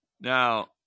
Now